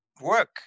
work